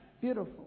beautiful